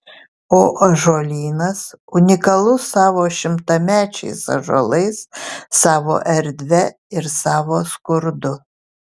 o ąžuolynas unikalus savo šimtamečiais ąžuolais savo erdve ir savo skurdu